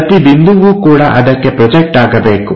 ಪ್ರತಿ ಬಿಂದುವು ಕೂಡ ಅದಕ್ಕೆ ಪ್ರೊಜೆಕ್ಟ್ ಆಗಬೇಕು